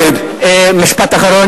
אי-אפשר.